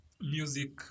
music